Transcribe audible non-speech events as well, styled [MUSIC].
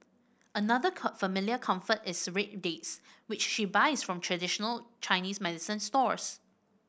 another [UNINTELLIGIBLE] familiar comfort is red dates which she buys from traditional Chinese medicine stores